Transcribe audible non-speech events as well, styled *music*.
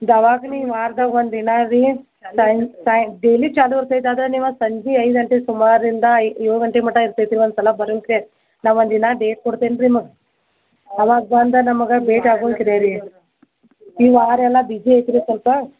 ದವಾಗ್ ನಿ ವಾರ್ದಾಗ ಒಂದು ದಿನ ರೀ *unintelligible* ಡೈಲಿ ಚಾಲು ಇರ್ತೈತಿ ಆದ್ರ ನೀವು ಸಂಜೆ ಐದು ಗಂಟೆ ಸುಮಾರಿಂದ ಏಳು ಗಂಟೆ ಮಟ್ಟ ಇರ್ತೈತಿ ಒಂದ್ಸಲ ಬರುನ್ಕೆ ನಾವು ಒಂದಿನ ಡೇಟ್ ಕೊಡ್ತೇನೆ ರೀ ನೋಡಿ ಅವಾಗ ಬಂದ ನಮಗೆ ಭೇಟಿ ಆಗೋನ ಕನ ರೀ ಈ ವಾರೆಲ್ಲ ಬಿಜಿ ಐತ್ರಿ ಸ್ವಲ್ಪ